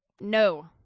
no